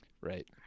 Right